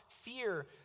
fear